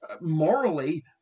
morally